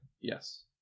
Yes